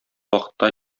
вакытта